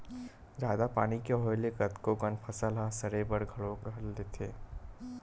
जादा पानी के होय ले कतको कन फसल ह सरे बर घलो धर लेथे